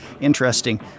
interesting